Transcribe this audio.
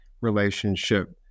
relationship